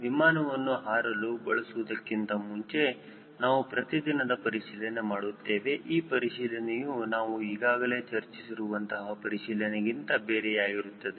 ವಿಮಾನವನ್ನು ಹಾರಲು ಬಳಸುವುದಕ್ಕಿಂತ ಮುಂಚೆ ನಾವು ಪ್ರತಿದಿನದ ಪರಿಶೀಲನೆ ಮಾಡುತ್ತೇವೆ ಈ ಪರಿಶೀಲನೆಯೂ ನಾವು ಈಗಾಗಲೇ ಚರ್ಚಿಸಿರುವಂತೆ ಪರಿಶೀಲನೆ ಗಿಂತ ಬೇರೆಯಾಗಿರುತ್ತದೆ